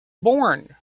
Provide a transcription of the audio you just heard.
born